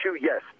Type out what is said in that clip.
Yes